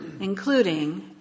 including